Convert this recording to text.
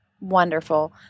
wonderful